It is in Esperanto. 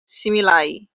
similaj